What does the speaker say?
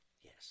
Yes